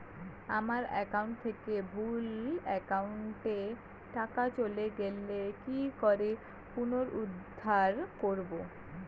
আমার একাউন্ট থেকে ভুল একাউন্টে টাকা চলে গেছে কি করে পুনরুদ্ধার করবো?